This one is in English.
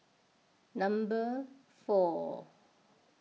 number four